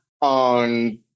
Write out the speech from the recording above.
on